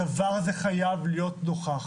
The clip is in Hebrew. הדבר הזה חייב להיות נוכח.